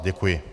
Děkuji.